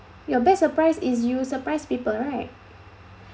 your best surprise is you surprise people right